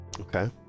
Okay